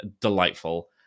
delightful